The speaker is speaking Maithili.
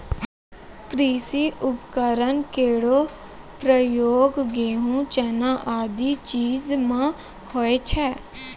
कृषि उपकरण केरो प्रयोग गेंहू, चना आदि चीज म होय छै